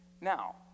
Now